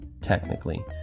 technically